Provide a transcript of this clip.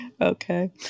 okay